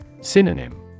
Synonym